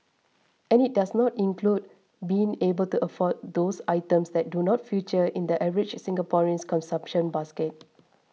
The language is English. and it does not include being able to afford those items that do not feature in the average Singaporean's consumption basket